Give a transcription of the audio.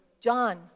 John